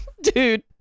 Dude